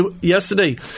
yesterday